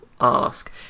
ask